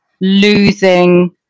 losing